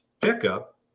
pickup